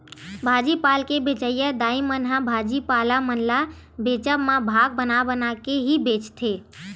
भाजी पाल के बेंचइया दाई मन ह भाजी पाला मन ल बेंचब म भाग बना बना के ही बेंचथे